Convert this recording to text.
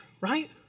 right